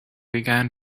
began